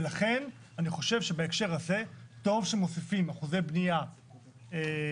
לכן אני חושב שבהקשר הזה טוב שמוסיפים אחוזי בנייה לשכירות,